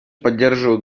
поддерживаю